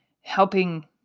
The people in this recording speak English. helping